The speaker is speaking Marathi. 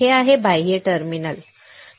हे बाह्य टर्मिनल आहेत